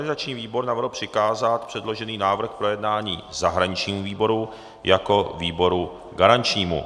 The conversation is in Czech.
Organizační výbor navrhl přikázat předložený návrh k projednání zahraničnímu výboru jako výboru garančnímu.